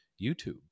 YouTube